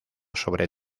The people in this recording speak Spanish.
sobre